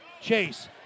Chase